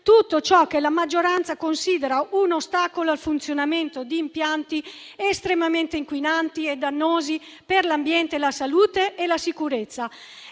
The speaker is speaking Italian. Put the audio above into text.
tutto ciò che la maggioranza considera un ostacolo al funzionamento di impianti estremamente inquinanti e dannosi per l'ambiente, la salute e la sicurezza.